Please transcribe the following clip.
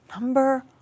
Number